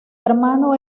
hermano